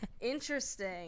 Interesting